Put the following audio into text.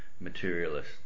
materialist